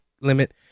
limit